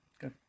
Good